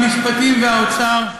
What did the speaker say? המשפטים והאוצר,